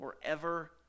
forever